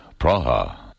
Praha